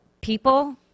people